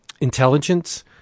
intelligence